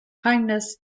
kindness